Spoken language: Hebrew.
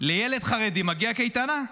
"לילד חרדי מגיעה קייטנה".